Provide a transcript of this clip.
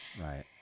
Right